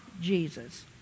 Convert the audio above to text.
Jesus